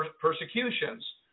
persecutions